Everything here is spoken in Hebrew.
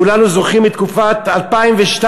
כולנו זוכרים את תקופת 2002,